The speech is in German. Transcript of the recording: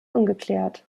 ungeklärt